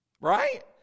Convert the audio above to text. Right